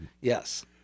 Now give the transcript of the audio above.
Yes